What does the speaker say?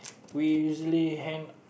we usually hang